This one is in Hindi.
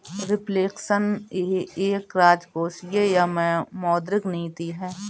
रिफ्लेक्शन यह एक राजकोषीय या मौद्रिक नीति है